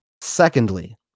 Secondly